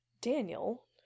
Daniel